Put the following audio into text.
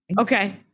Okay